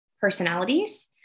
personalities